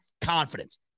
confidence